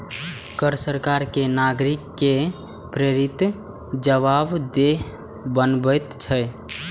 कर सरकार कें नागरिक के प्रति जवाबदेह बनबैत छै